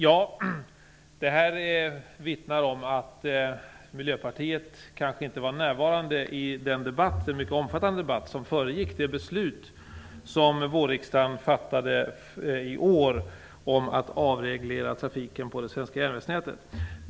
Ja, detta vittnar om att Miljöpartiet inte var närvarande vid den mycket omfattande debatt som föregick det beslut som vårriksdagen fattade i år om att avreglera trafiken på det svenska järnvägsnätet.